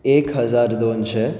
एक हजार दोनशें